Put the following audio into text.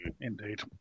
Indeed